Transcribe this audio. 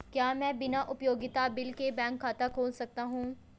क्या मैं बिना उपयोगिता बिल के बैंक खाता खोल सकता हूँ?